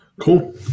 Cool